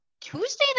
Tuesday